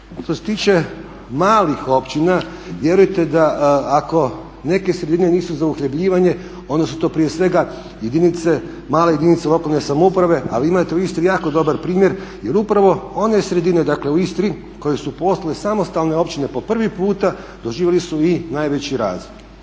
Što se tiče malih općina vjerujte da ako neke sredine nisu za uhljebljivanje, onda su to prije svega jedinice, male jedinice lokalne samouprave. A vi imate u Istri jako dobar primjer, jer upravo one sredine, dakle u Istri koje su postale samostalne općine po prvi puta doživjeli su i najveći rast.